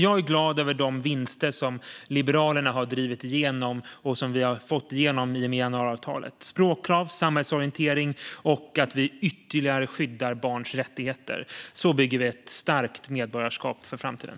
Jag är glad över de vinster Liberalerna har drivit igenom och som vi har fått igenom i och med januariavtalet: språkkrav, samhällsorientering och att vi ytterligare skyddar barns rättigheter. Så bygger vi ett starkt medborgarskap för framtiden.